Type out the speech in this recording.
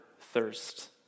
thirst